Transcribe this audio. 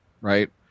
right